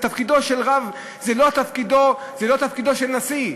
תפקידו של רב הוא לא תפקידו של נשיא.